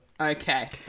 Okay